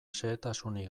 xehetasunik